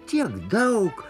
tiek daug